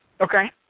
Okay